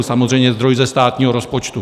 Samozřejmě zdroj ze státního rozpočtu.